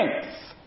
strength